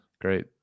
great